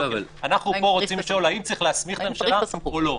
אנחנו פה רוצים לשאול האם צריך להסמיך את הממשלה או לא.